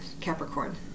Capricorn